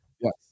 Yes